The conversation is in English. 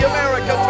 America